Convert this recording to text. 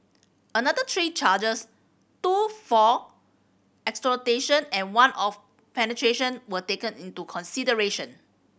another three charges two for exploitation and one of penetration were taken into consideration